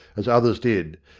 as others did,